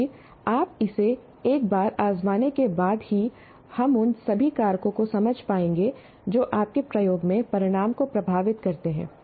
क्योंकि आप इसे एक बार आजमाने के बाद ही हम उन सभी कारकों को समझ पाएंगे जो आपके प्रयोग के परिणाम को प्रभावित करते हैं